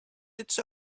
its